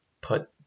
put